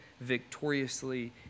victoriously